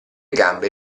gambe